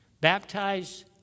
baptize